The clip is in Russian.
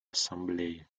ассамблеи